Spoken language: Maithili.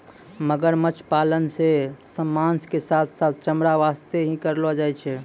मगरमच्छ पालन सॅ मांस के साथॅ साथॅ चमड़ा वास्तॅ ही करलो जाय छै